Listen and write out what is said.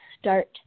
start